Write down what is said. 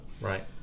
Right